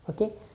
Okay